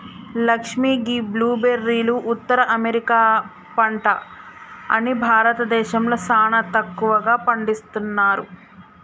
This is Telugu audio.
లక్ష్మీ గీ బ్లూ బెర్రీలు ఉత్తర అమెరికా పంట అని భారతదేశంలో సానా తక్కువగా పండిస్తున్నారు